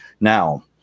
Now